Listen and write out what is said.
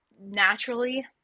naturally